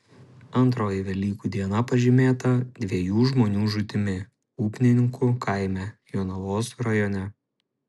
antroji velykų diena pažymėta dviejų žmonių žūtimi upninkų kaime jonavos rajone